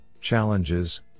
Challenges